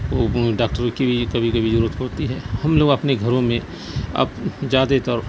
کو ڈاکٹروں کی بھی کبھی کبھی ضرورت ہوتی ہے ہم لوگ اپنے گھروں میں اپ زیادہ تر